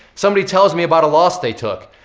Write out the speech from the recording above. somebody tells me about a loss they took,